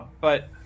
But-